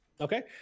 Okay